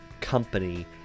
company